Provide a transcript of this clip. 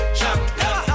champion